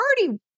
already